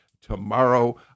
tomorrow